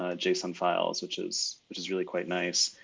ah json files, which is which is really quite nice.